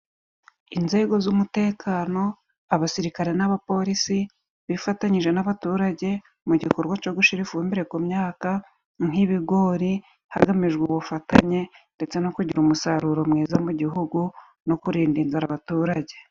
Inzego z'umutekano abasirikare n'abapolisi bifatanyije n'abaturage, mu gikorwa co gushira ifumbire ku myaka, nk'ibigori hagamijwe ubufatanye ndetse no kugira umusaruro mwiza, mu gihugu no kurinda inzara abaturage.